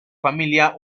familia